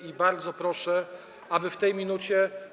I bardzo proszę, aby w tej minucie.